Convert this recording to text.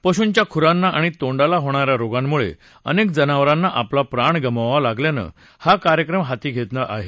पशूंच्या खुरांना आणि तोंडाला होणाऱ्या रोगांमुळे अनेक जनावरांना आपला प्राण गमवावा लागल्यानं या कार्यक्रम हाती घेतला आहे